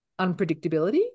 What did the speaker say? unpredictability